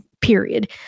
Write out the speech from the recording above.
period